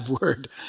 word